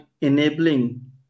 enabling